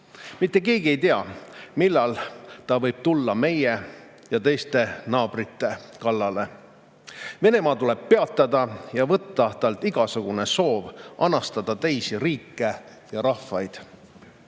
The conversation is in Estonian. Mitte keegi ei tea, millal ta võib tulla meie ja teiste naabrite kallale. Venemaa tuleb peatada ja talt tuleb võtta igasugune soov anastada teisi riike ja rahvaid.